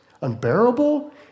unbearable